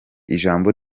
ijambo